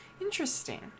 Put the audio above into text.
Interesting